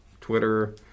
Twitter